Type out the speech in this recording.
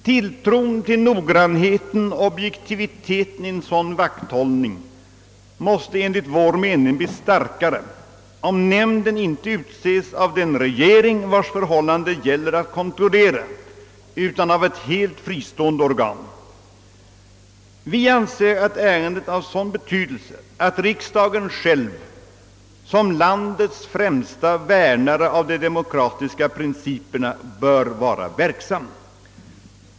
Tilltron till noggrannheten och objektiviteten i en sådan vakthållning måste enligt vår mening bli starkare, om nämnden inte utses av den regering vars förhållanden det gäller att kontrollera, utan av ett helt fristående organ. Vi anser ärendet vara av sådan betydelse att riksdagen själv som landets främsta värnare av de demokratiska principerna där bör vara verksam.